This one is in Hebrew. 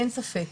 אין ספק.